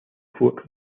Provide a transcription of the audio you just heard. fort